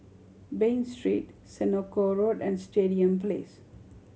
Bain Street Senoko Road and Stadium Place